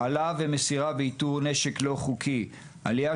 ד׳ - בנושא העלאה במסירה ובאיתור נשק לא חוקי: עלייה